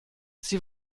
sie